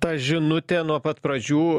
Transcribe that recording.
ta žinutė nuo pat pradžių